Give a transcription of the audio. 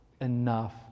enough